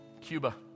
Cuba